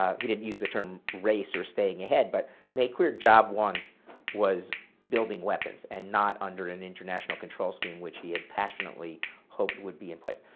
um he did not use the term race or staying ahead, but made clear job one was building weapons and not under an international control scheme, which he had passionately hoped would be in place.